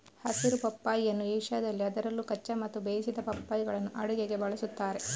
ಹಸಿರು ಪಪ್ಪಾಯಿಯನ್ನು ಏಷ್ಯಾದಲ್ಲಿ ಅದರಲ್ಲೂ ಕಚ್ಚಾ ಮತ್ತು ಬೇಯಿಸಿದ ಪಪ್ಪಾಯಿಗಳನ್ನು ಅಡುಗೆಗೆ ಬಳಸುತ್ತಾರೆ